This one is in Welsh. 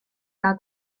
gael